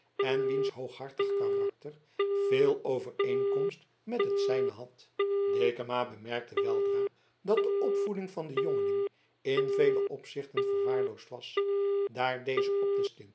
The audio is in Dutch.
en wiens hooghartig karakter veel overeenkomst met het zijne had dekama bemerkte weldra dat de opvoeding van den jongeling in vele opzichten verwaarloosd was daar deze